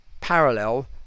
parallel